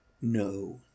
No